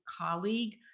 colleague